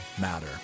matter